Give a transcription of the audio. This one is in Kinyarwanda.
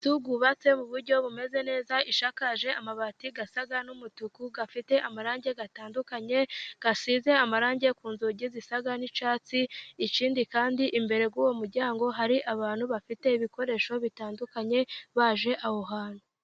Inzu yubatse mu buryo bumeze neza ishakaje amabati asa n'umutuku, ifite amarange atandukanye, isize amarangi ku nzugi zisa n'icyatsi. Ikindi kandi imbere kuri uwo muryango hari abantu bafite ibikoresho bitandukanye baje aho hantu.